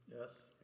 Yes